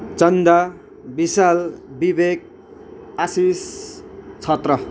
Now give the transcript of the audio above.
चन्दा विशाल विबेक आशिष छत्र